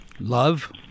Love